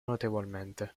notevolmente